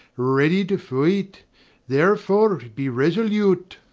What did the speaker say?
readie to fight therefore be resolute